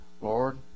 Lord